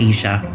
Asia